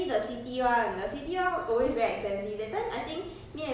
no some some karaoke is very expensive